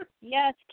Yes